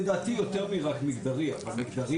לדעתי יותר מאשר רק מגדרי אבל מגדרי